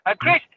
Chris